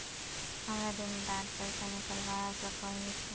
हमरा दिन डात पैसा निकलवा सकोही छै?